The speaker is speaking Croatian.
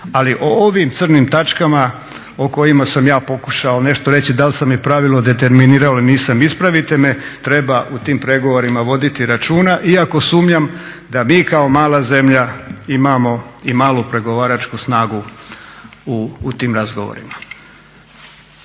Ali o ovim crnim tačkama o kojima sam ja pokušao nešto reći, da li sam ih pravilno determinirao ili nisam ispravite me. Treba u tim pregovorima voditi računa iako sumnjam da mi kao mala zemlja imamo i malu pregovaračku snagu u tim razgovorima.